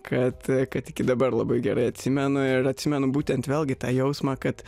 kad kad iki dabar labai gerai atsimenu ir atsimenu būtent vėlgi tą jausmą kad